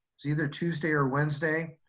it's either tuesday or wednesday.